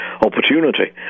opportunity